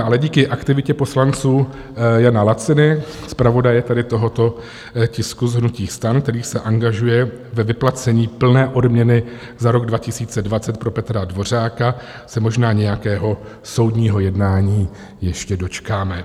Ale díky aktivitě poslance Jana Laciny, zpravodaje tedy tohoto tisku z hnutí STAN, který se angažuje ve vyplacení plné odměny za rok 2020 pro Petra Dvořáka, se možná nějakého soudního jednání ještě dočkáme.